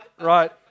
right